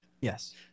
yes